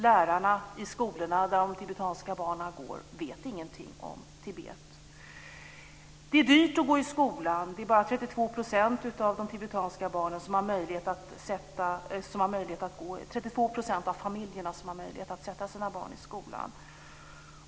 Lärarna i skolorna där de tibetanska barnen går vet ingenting om Tibet. Det är dyrt att gå i skolan. Det är bara 32 % av de tibetanska familjerna som har möjlighet att sätta sina barn i skolan.